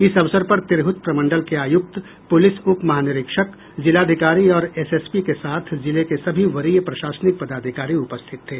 इस अवसर पर तिरहुत प्रमंडल के आयुक्त पुलिस उप महानिरीक्षक जिलाधिकारी और एसएसपी के साथ जिले के सभी वरीय प्रशासनिक पदाधिकारी उपस्थित थे